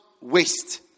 waste